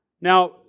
Now